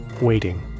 waiting